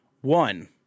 one